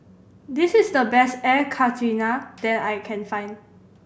this is the best Air Karthira that I can find